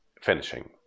finishing